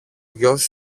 γιος